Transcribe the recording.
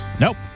Nope